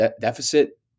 deficit